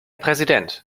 präsident